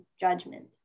judgment